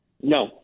No